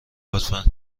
لطفا